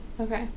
Okay